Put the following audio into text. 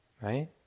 Right